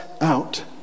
out